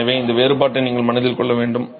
எனவே இந்த வேறுபாட்டை நீங்கள் மனதில் கொள்ள வேண்டும்